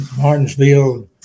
Martinsville